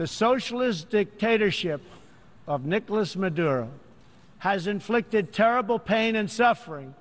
the socialist dictatorship of nicolas maduro has inflicted terrible pain and suffering